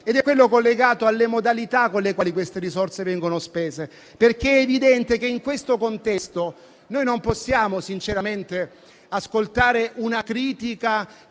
Ed è quello collegato alle modalità con le quali le risorse vengono spese. È evidente che in questo contesto non possiamo ascoltare una critica